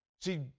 See